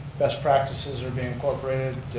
best practices are being incorporated,